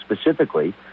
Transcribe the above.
specifically